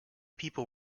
people